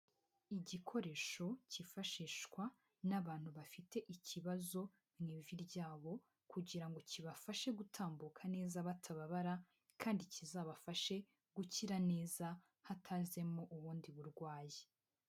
Igikoresho kifashishwa n'abantu bafite ikibazo mu ivi ryabo kugira ngo kibafashe gutambuka neza batababara kandi kizabafashe gukira neza hatajemo ubundi burwayi.